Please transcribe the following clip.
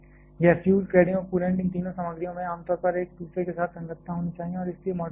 यह fuel cladding और coolant इन तीनों सामग्रियों में आम तौर पर एक दूसरे के साथ संगतता होनी चाहिए और इसलिए मॉडरेटर है